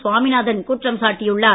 சுவாமிநாதன் குற்றம் சாட்டியுள்ளார்